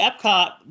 Epcot